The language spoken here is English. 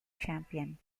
champion